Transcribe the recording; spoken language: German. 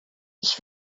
ich